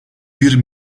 bir